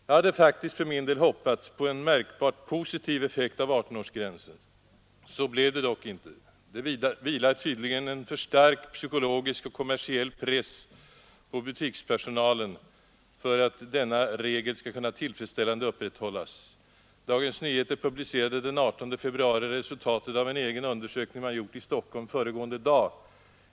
Jag hade faktiskt för min del hoppats på en märkbart positiv effekt av 18-årsgränsen. Så blev det dock inte. Det vilar tydligen en för stark psykologisk och kommersiell press på butikspersonalen för att denna regel skall kunna tillfredsställande upprätthållas. Dagens Nyheter publicerade den 18 februari resultatet av en egen undersökning man gjort i Stockholm föregående dag.